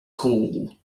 call